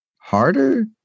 harder